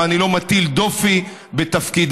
ואני לא מטיל דופי בתפקידה.